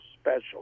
special